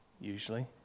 usually